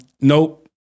Nope